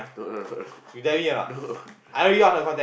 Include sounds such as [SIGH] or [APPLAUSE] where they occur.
no no no no no [LAUGHS]